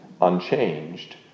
unchanged